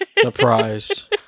Surprise